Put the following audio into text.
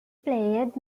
played